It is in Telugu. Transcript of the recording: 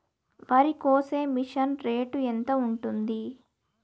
వరికోసే మిషన్ రేటు ఎంత ఉంటుంది?